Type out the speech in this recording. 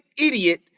idiot